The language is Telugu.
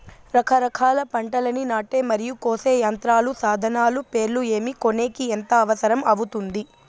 రకరకాల పంటలని నాటే మరియు కోసే యంత్రాలు, సాధనాలు పేర్లు ఏమి, కొనేకి ఎంత అవసరం అవుతుంది?